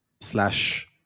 slash